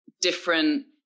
different